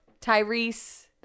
Tyrese